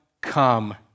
come